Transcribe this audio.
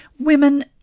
Women